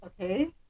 okay